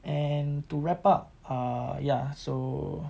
and to wrap up err ya so